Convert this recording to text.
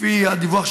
לפי הדיווח,